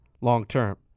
long-term